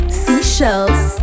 seashells